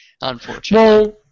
unfortunately